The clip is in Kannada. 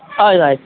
ಆಯ್ತು ಆಯ್ತು